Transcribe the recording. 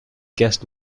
guest